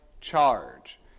charge